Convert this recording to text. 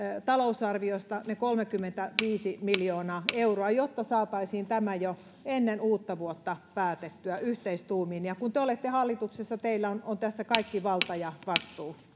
talousarviosta ne kolmekymmentäviisi miljoonaa euroa jotta saataisiin tämä jo ennen uutta vuotta päätettyä yhteistuumin kun te olette hallituksessa teillä on tässä kaikki valta ja vastuu